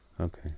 Okay